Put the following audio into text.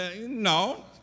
No